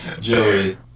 Joey